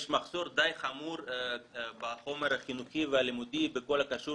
יש מחסור די חמור בחומר החינוכי והלימודי בכל הקשור